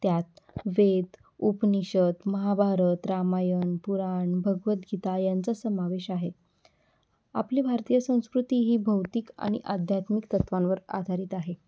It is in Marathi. त्यात वेद उपनिषद महाभारत रामायण पुराण भगवद्गीता यांचा समावेश आहे आपली भारतीय संस्कृती ही भौतिक आणि आध्यात्मिक तत्त्वांवर आधारित आहे